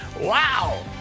Wow